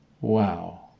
Wow